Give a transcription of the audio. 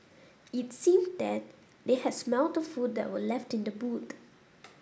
it seemed that they had smelt the food that were left in the boot